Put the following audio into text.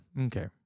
Okay